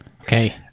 okay